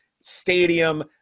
stadium